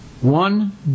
One